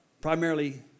primarily